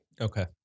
Okay